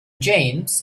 james